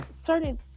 certain